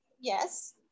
yes